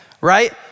right